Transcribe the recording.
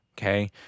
Okay